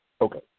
Okay